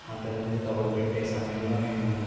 అంతక ముందు తౌడు పెట్టే సమయంలో మేము